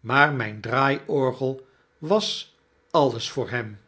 maar mjjn draaiorgel was alles voor hem